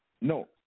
no